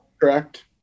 Correct